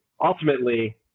ultimately